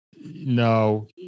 No